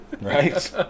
Right